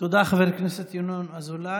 תודה, חבר הכנסת ינון אזולאי.